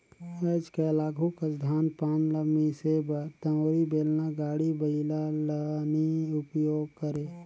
आएज काएल आघु कस धान पान ल मिसे बर दउंरी, बेलना, गाड़ी बइला ल नी उपियोग करे